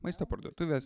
maisto parduotuvės